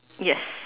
yes